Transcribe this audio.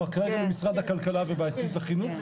כלומר, כרגע למשרד הכלכלה ובעתיד לחינוך?